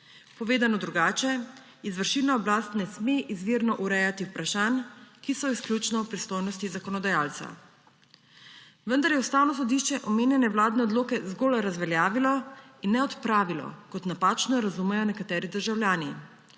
Povedano drugače, izvršilna oblast ne sme izvirno urejati vprašanj, ki so izključno v pristojnosti zakonodajalca. Vendar je Ustavno sodišče omenjene vladne odloke zgolj razveljavilo in ne odpravilo, kot napačno razumejo nekateri državljani.